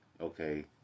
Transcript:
Okay